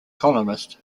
columnist